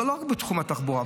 לא רק בתחום התחבורה,